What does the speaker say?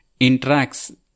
interacts